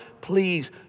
please